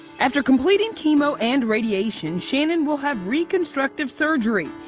after completing chemo and radiation shannen will have reconstructive surgery.